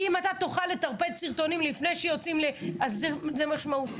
כי אם אתה תוכל לטרפד סרטונים לפני שיוצאים זה משמעותי.